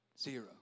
Zero